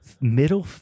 middle